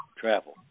Travel